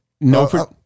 No